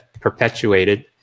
perpetuated